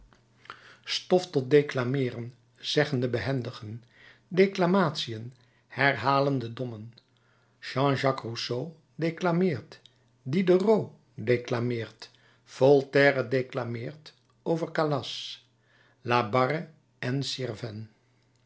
stof tot declameeren zeggen de behendigen declamatiën herhalen de dommen jean jacques rousseau declameert diderot declameert voltaire declameert over calas labarre en sirven